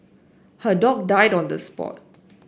her dog died on the spot